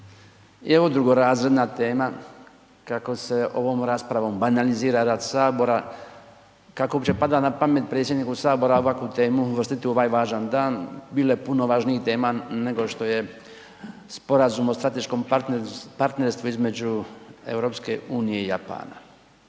je ovo drugorazredna tema, kako se ovom raspravom banalizira rad Sabora, kako uopće pada na pamet predsjedniku Sabora ovakvu temu uvrstiti u ovaj važan dan, bilo je puno važnijih tema nego što je Sporazum o strateškom partnerstvu između EU i Japana.